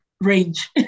range